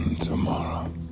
tomorrow